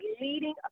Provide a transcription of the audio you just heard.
leading